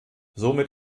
somit